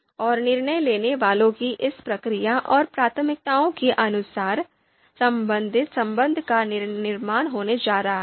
और निर्णय लेने वालों की इस प्रक्रिया और प्राथमिकताओं के अनुसार संबंधित संबंध का निर्माण होने जा रहा है